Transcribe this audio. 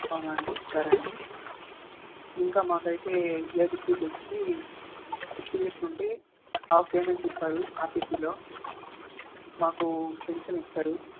అవునా అండి సరే అండి ఇంకా మాకైతే డిగ్రీ కోచ్కి సిక్స్ ఇయర్స్ ఉంటే హాఫ్ పేమెంట్ ఇస్తారు ఆర్టిసిలో మాకు పెన్షన్ ఇస్తారు